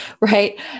right